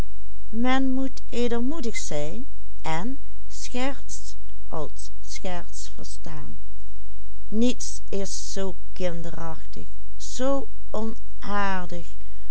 niets is zoo kinderachtig zoo onaardig